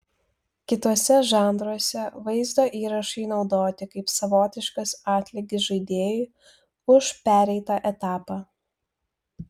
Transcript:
kituose žanruose vaizdo įrašai naudoti kaip savotiškas atlygis žaidėjui už pereitą etapą